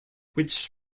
which